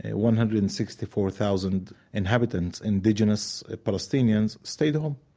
one hundred and sixty four thousand inhabitants, indigenous palestinians, stayed home.